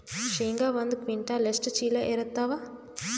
ಶೇಂಗಾ ಒಂದ ಕ್ವಿಂಟಾಲ್ ಎಷ್ಟ ಚೀಲ ಎರತ್ತಾವಾ?